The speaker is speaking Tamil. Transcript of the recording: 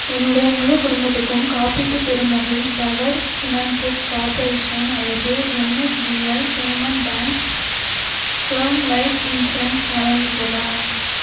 என்னுடைய முழு குடும்பத்துக்கும் காப்பீடு பெறும் வகையில் பவர் ஃபைனான்ஸ் கார்பரேஷன் அல்லது NSDL payments bank term life insurance வழங்குகிறதா